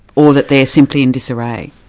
or that they're simply in disarray?